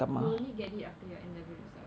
you only get it after your N level results